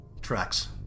tracks